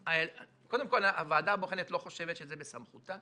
קודם כול, הוועדה הבוחנת לא חושבת שזה בסמכותה.